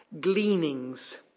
Gleanings